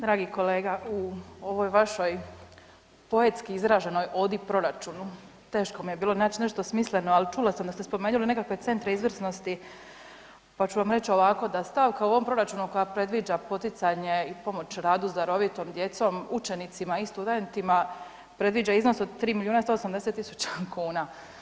Dragi kolega u ovoj vašoj poetski izraženoj odi proračunu teško mi je bilo naći nešto smisleno, ali čula sam da ste spomenuli nekakve centre izvrsnosti, pa ću vam reći ovako da stavka u ovom proračunu koja predviđa poticanje i pomoć radu s darovitom djecom, učenicima i studentima predviđa iznos od 3 milijuna i 180 tisuća kuna.